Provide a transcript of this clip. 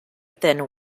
thin